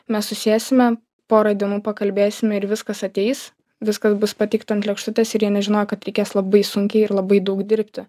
mes susėsime porą dienų pakalbėsime ir viskas ateis viskas bus pateikta ant lėkštutės ir jie nežinojo kad reikės labai sunkiai ir labai daug dirbti